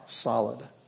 solid